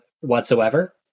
whatsoever